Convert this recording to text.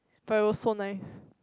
but it was so nice